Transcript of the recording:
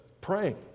Praying